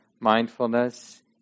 mindfulness